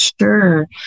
Sure